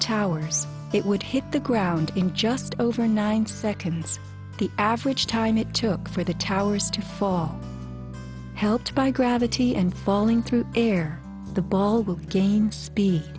towers it would hit the ground in just over nine seconds the average time it took for the towers to fall helped by gravity and falling through the air the ballgame